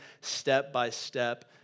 step-by-step